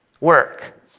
work